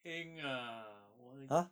heng ah 我